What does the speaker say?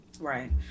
Right